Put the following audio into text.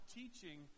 teaching